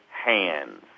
hands